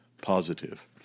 positive